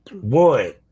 One